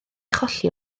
cholli